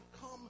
come